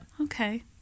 Okay